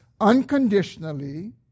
unconditionally